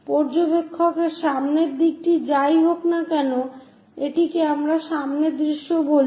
পর্যবেক্ষকের সামনের দিকটি যাই হোক না কেন এটিকে আমরা সামনের দৃশ্য বলি